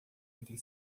entre